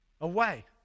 away